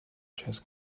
chess